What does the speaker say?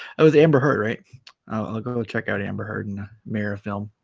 i was amber hurt right i'll go but check out amber heard and mayor of film